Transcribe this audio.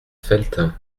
felletin